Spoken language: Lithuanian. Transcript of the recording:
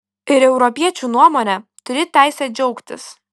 ir europiečių nuomone turi teisę džiaugtis